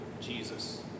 Jesus